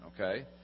okay